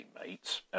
teammates